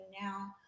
now